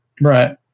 Right